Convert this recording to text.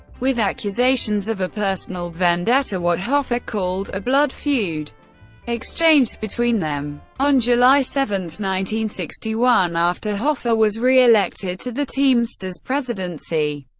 with accusations of a personal vendetta what hoffa called a blood feud exchanged between them. on july seven and sixty one, after hoffa was reelected to the teamsters presidency,